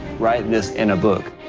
write this in a book.